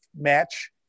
match